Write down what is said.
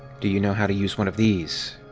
do you know how to use one of these?